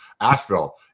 Asheville